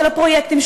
של הפרויקטים,